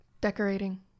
decorating